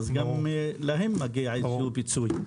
גם להם מגיע איזשהו פיצוי.